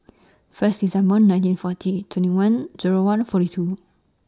First December nineteen forty twenty one Zero one forty two